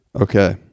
Okay